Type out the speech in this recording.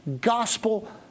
gospel